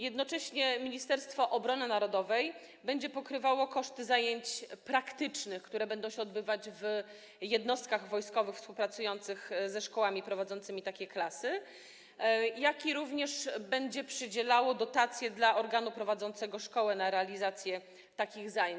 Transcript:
Jednocześnie Ministerstwo Obrony Narodowej będzie pokrywało koszty zajęć praktycznych, które będą się odbywać w jednostkach wojskowych współpracujących ze szkołami prowadzącymi takie klasy, jak również będzie przydzielało dotację dla organu prowadzącego szkołę na realizację takich zajęć.